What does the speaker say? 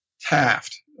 Taft